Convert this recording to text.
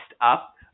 up